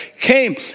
came